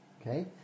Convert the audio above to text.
Okay